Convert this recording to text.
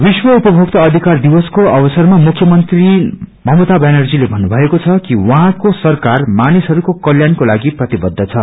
विश्व उपभोक्ता अधिकार दिवसको अवसरमा मुख्य मंत्री ममता व्यानर्जीले भन्नुभएको छ कि उहाँको सरकार मानिसहरूको कल्याणको लागि प्रतिबद्ध छ